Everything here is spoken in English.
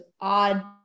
odd